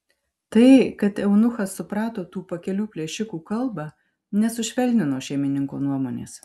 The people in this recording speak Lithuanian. tai kad eunuchas suprato tų pakelių plėšikų kalbą nesušvelnino šeimininko nuomonės